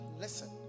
listen